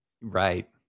Right